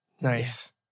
Nice